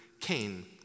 Cain